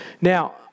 Now